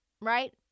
right